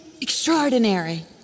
extraordinary